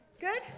Good